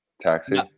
Taxi